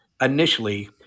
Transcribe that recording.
initially